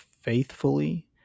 faithfully